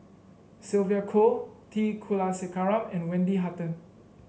Sylvia Kho T Kulasekaram and Wendy Hutton